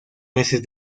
meses